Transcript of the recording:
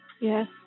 Yes